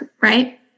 right